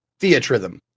theatrhythm